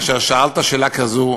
כאשר שאלת שאלה כזאת,